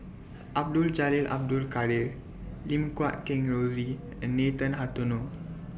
Abdul Jalil Abdul Kadir Lim Guat Kheng Rosie and Nathan Hartono